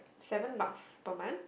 seven bucks per month